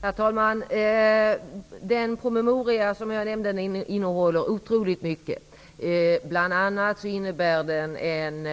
Herr talman! Den promemoria som jag nämnde innehåller otroligt mycket. Bl.a. innebär den en